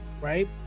right